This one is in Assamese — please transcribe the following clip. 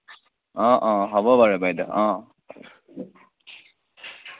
অ' অ' হ'ব বাৰু বাইদ' অ'